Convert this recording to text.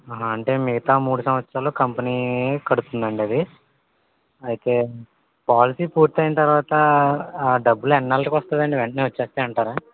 ఆహా అంటే మిగతా మూడు సంవత్సరాలు కంపెనీయే కడుతుండా అండీ అది ఐతే పాలిసీ పూర్తైన తర్వాత ఆ డబ్బులు ఎన్నాళ్ళకి వస్తుందండీ వెంటనే వచ్చేస్తాయి అంటారా